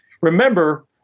remember